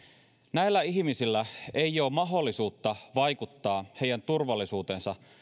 näillä ihmisillä ei ole mahdollisuutta vaikuttaa turvallisuuteensa